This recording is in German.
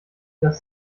das